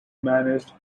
managed